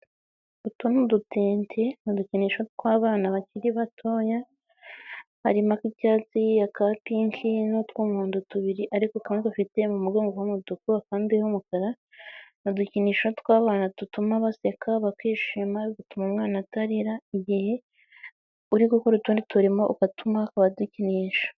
Utu ni udutente, udukinisho tw'abana bakiri batoya, harimo ak'icyatsi, aka pinki n'u tw'umuhodo tubiri. Ariko kandi dufite mu mugongo h'umutuku, akandi h'umukara. Ni udukinisho tw'abana dutuma baseka, bakishima, bigatuma umwana atarira, igihe uri gukora utundi turimo ukatumuha akaba adukinisha.